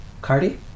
Cardi